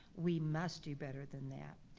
we must do better than that.